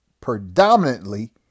predominantly